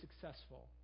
successful